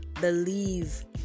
believe